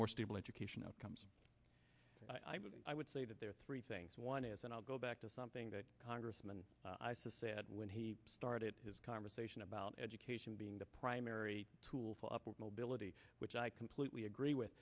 more stable education outcomes i would i would say that there are three things one is and i'll go back to something that congressman isis said when he started his conversation about education being the primary tool for upward mobility which i completely agree with